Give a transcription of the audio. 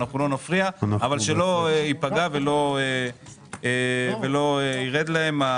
אבל שלא ייפגע ולא יירד להם.